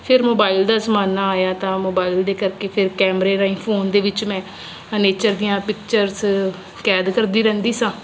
ਫਿਰ ਮੋਬਾਈਲ ਦਾ ਜ਼ਮਾਨਾ ਆਇਆ ਤਾਂ ਮੋਬਾਇਲ ਦੇ ਕਰਕੇ ਫਿਰ ਕੈਮਰੇ ਰਾਹੀਂ ਫੋਨ ਦੇ ਵਿੱਚ ਮੈਂ ਨੇਚਰ ਦੀਆਂ ਪਿਕਚਰਸ ਕੈਦ ਕਰਦੀ ਰਹਿੰਦੀ ਸਾਂ